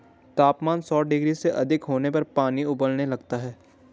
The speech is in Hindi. तापमान सौ डिग्री से अधिक होने पर पानी उबलने लगता है